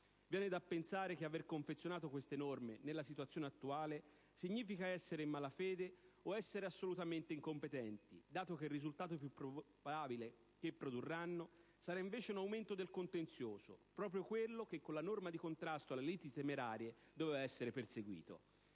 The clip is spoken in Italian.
Viene da pensare che aver confezionato queste norme, nella situazione attuale, significa essere in malafede o essere assolutamente incompetenti, dato che il risultato più probabile che produrranno sarà invece un aumento del contenzioso, proprio quello che con la norma di contrasto alle liti temerarie doveva essere perseguito.